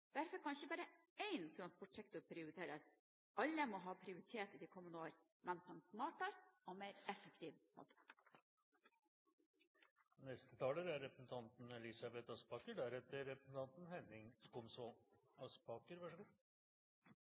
Derfor kan ikke bare én transportsektor prioriteres, alle må ha prioritet i de kommende år, men på en smartere og mer effektiv måte.